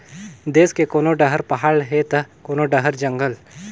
देस के कोनो डहर पहाड़ हे त कोनो डहर जंगल